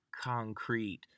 concrete